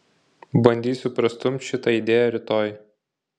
bandysiu prastumt šitą idėją rytoj